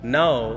now